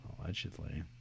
Allegedly